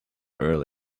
early